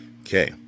Okay